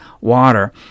water